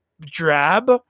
drab